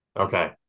Okay